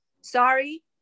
sorry